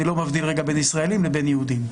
אני לא מבדיל בין ישראלים לבין יהודים.